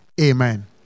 Amen